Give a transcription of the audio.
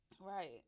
Right